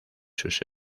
sus